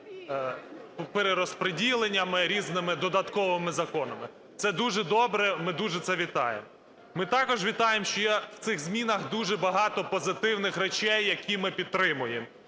перерозпреділеннями, різними додатковими законами. Це дуже добре, ми дуже це вітаємо. Ми також вітаємо, що є в цих змінах дуже багато позитивних речей, які ми підтримуємо: